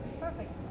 perfect